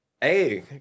Hey